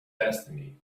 destiny